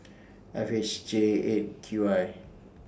F H J eight Q I